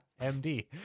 MD